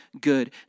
good